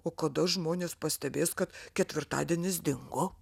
o kada žmonės pastebės kad ketvirtadienis dingo